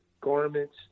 garments